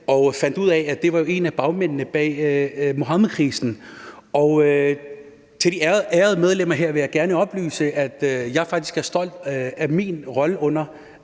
og fandt ud af, at det var en af bagmændene bag Muhammedkrisen. Til de ærede medlemmer her vil jeg gerne oplyse, at jeg faktisk er stolt af min rolle under